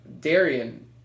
Darian